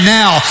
now